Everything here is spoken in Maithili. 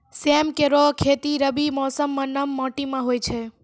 सेम केरो खेती रबी मौसम म नम माटी में होय छै